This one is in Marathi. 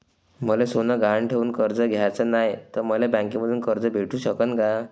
मले सोनं गहान ठेवून कर्ज घ्याचं नाय, त मले बँकेमधून कर्ज भेटू शकन का?